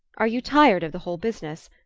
are you tired of the whole business?